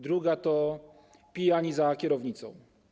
Druga to pijani za kierownicą.